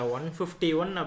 151